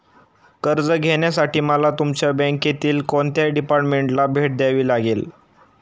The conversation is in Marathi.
कर्ज घेण्यासाठी मला तुमच्या बँकेतील कोणत्या डिपार्टमेंटला भेट द्यावी लागेल?